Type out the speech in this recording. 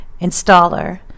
installer